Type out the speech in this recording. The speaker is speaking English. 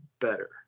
better